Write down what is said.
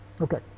Okay